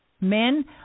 Men